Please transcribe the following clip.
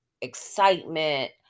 excitement